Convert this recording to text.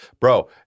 bro